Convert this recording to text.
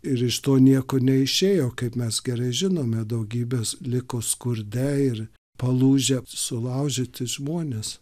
ir iš to nieko neišėjo kaip mes gerai žinome daugybės liko skurde ir palūžę sulaužyti žmonės